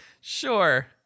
sure